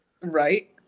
Right